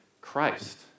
Christ